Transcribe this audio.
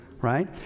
right